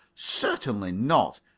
certainly not.